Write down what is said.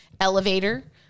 Elevator